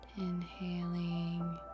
inhaling